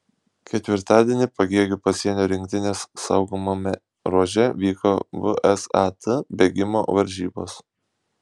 ketvirtadienį pagėgių pasienio rinktinės saugomame ruože vyko vsat bėgimo varžybos